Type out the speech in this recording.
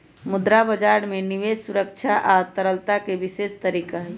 मुद्रा बजार में निवेश सुरक्षा आ तरलता के विशेष तरीका हई